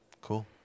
Cool